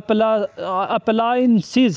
appliances